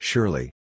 Surely